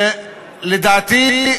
לדעתי,